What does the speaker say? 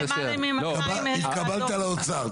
אהה התקבלת לאוצר.